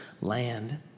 land